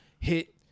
hit